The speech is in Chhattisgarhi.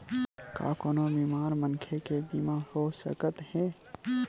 का कोनो बीमार मनखे के बीमा हो सकत हे?